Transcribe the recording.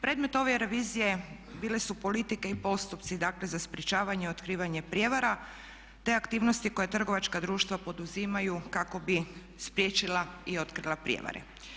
Predmet ove revizije, bile su politike i postupci dakle za sprječavanje i otkrivanje prijevara te aktivnosti koje trgovačka društva poduzimaju kako bi spriječila i otkrila prijevare.